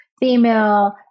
female